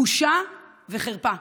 בושה וחרפה.